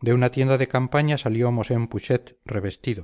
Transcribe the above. de una tienda de campaña salió mosén putxet revestido